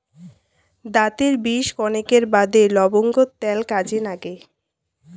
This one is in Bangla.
দাতের বিষ কণেকের বাদে লবঙ্গর ত্যাল কাজে নাগে